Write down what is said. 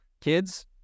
kids